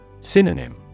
Synonym